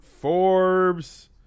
Forbes